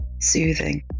Soothing